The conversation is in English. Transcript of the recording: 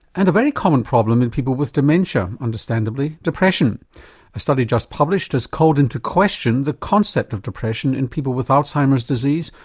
and a very common problem in people with dementia, understandably depression. a study just published has called into question the concept of depression in people with alzheimer's disease,